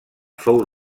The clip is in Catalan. fou